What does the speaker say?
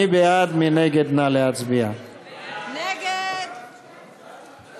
נצביע על